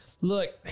Look